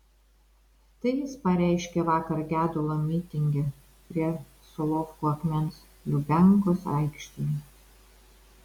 tai jis pareiškė vakar gedulo mitinge prie solovkų akmens lubiankos aikštėje